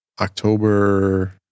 October